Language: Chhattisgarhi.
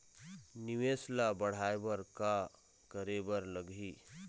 निवेश ला बढ़ाय बर का करे बर लगही?